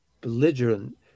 belligerent